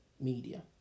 media